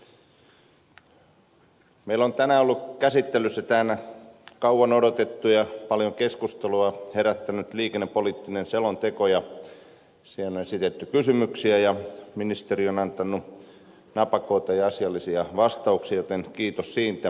meillä on tänään ollut käsittelyssä tämä kauan odotettu ja paljon keskustelua herättänyt liikennepoliittinen selonteko ja siihen on esitetty kysymyksiä ja ministeri on antanut napakoita ja asiallisia vastauksia joten kiitos siitä